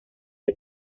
que